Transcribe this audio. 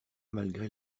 malgré